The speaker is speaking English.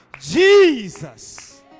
Jesus